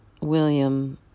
William